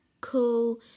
cool